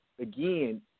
again